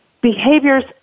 Behaviors